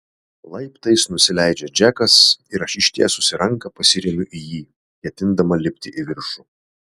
laiptais nusileidžia džekas ir aš ištiesusi ranką pasiremiu į jį ketindama lipti į viršų